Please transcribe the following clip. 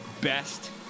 best